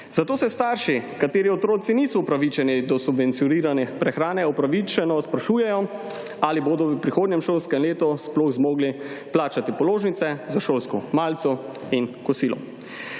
Zato se starši kateri otroci niso upravičeni do subvencionirane prehrane, opravičeno sprašujejo ali bodo v prihodnjem šolskem letu sploh zmogli plačati položnice za šolsko malico in kosilo.